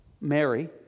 Mary